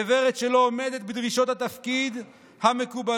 גברת שלא עומדת בדרישות התפקיד המקובלות